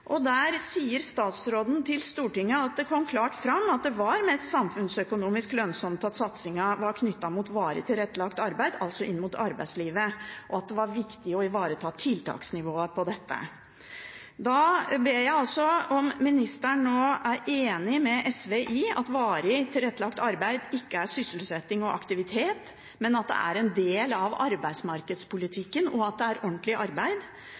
Der sa statsråden til Stortinget at det kom klart fram at det er mest samfunnsøkonomisk lønnsomt at satsingen er knyttet opp mot varig tilrettelagt arbeid, altså inn mot arbeidslivet, og at det er viktig å ivareta tiltaksnivået på dette. Da spør jeg ministeren nå om han er enig med SV i at varig tilrettelagt arbeid ikke er sysselsetting og aktivitet, men at det er en del av arbeidsmarkedspolitikken, og at det er ordentlig arbeid.